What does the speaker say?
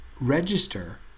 register